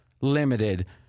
limited